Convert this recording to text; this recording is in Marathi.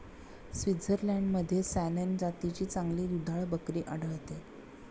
स्वित्झर्लंडमध्ये सॅनेन जातीची चांगली दुधाळ बकरी आढळते